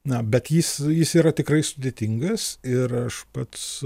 na bet jis jis yra tikrai sudėtingas ir aš pats